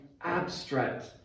abstract